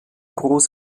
groß